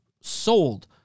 sold